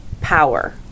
power